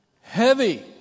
heavy